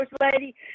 lady